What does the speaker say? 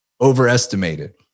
overestimated